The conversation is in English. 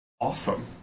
Awesome